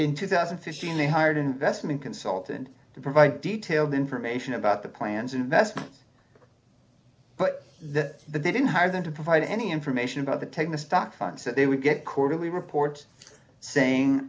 in two thousand and fifteen they hired investment consultant to provide detailed information about the plans investments but that they didn't hire them to provide any information about the taking stock funds that they would get quarterly reports saying